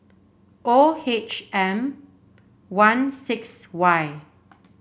O H M one six Y